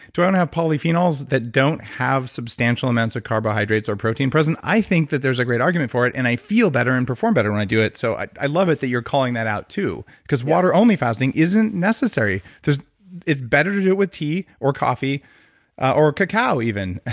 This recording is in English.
i don't have polyphenols that don't have substantial amounts of carbohydrates or protein present? i think, that there's a great argument for it and i feel better and perform better when i do it, so i i love it that you're calling that out too. because water only fasting isn't necessary, it's better to do it with tea or coffee or krakow even,